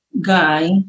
guy